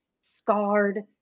scarred